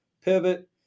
pivot